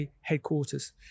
headquarters